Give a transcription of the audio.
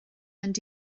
mynd